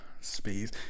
space